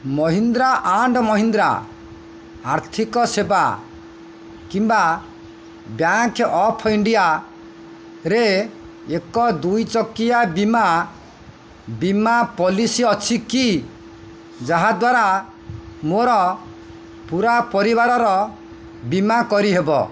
Mahindra and Mahindra ଆର୍ଥିକ ସେବା କିମ୍ବା ବ୍ୟାଙ୍କ୍ ଅଫ୍ ଇଣ୍ଡିଆରେ ଏକ ଦୁଇ ଚକିଆ ବୀମା ବୀମା ପଲିସି ଅଛିକି ଯାହାଦ୍ଵାରା ମୋର ପୂରା ପରିବାରର ବୀମା କରିହେବ